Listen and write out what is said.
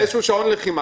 מתן כהנא (הבית היהודי,